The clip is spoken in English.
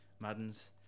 Madden's